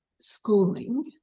schooling